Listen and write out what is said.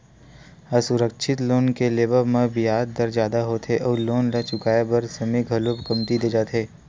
असुरक्छित लोन के लेवब म बियाज दर जादा होथे अउ लोन ल चुकाए बर समे घलो कमती दे जाथे